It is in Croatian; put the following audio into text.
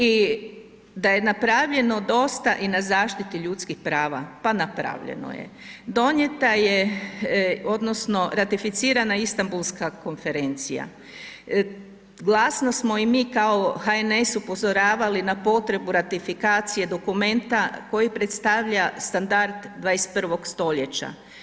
I da je napravljeno dosta i na zaštiti ljudskih prava, pa napravljeno, donijeta je odnosno ratificirana je Istanbulska konvencija, glasno smo i kao HNS upozoravali na potrebu ratifikacije dokumenta koji predstavlja standard 21. st.